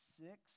six